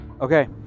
okay